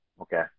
Okay